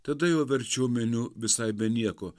tada jau verčiau meniu visai be nieko